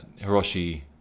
Hiroshi